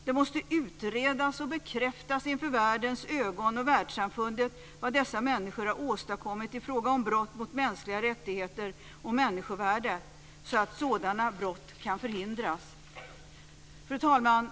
Det måste utredas och bekräftas inför världens och världssamfundets ögon vad dessa människor har åstadkommit i fråga om brott mot mänskliga rättigheter och människovärde så att sådana brott kan förhindras. Fru talman!